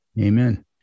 Amen